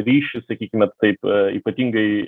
ryšį sakykime taip ypatingai